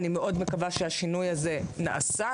אני מאוד מקווה שהשינוי הזה נעשה,